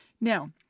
Now